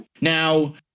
Now